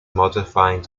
modifying